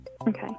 Okay